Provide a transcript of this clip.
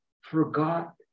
forgot